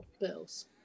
Bills